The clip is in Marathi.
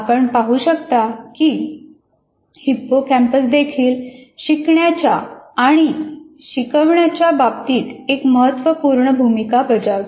आपण पाहू शकता की हिप्पोकॅम्पस देखील शिकण्याच्या आणि शिकवण्याच्याबाबतीत एक महत्त्वपूर्ण भूमिका बजावते